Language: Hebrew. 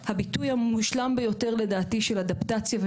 אם רוצים לעשות את הטרנספורמציה שאנחנו מדברים עליה,